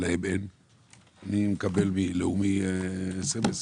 מקבל מלאומי סמ"סים.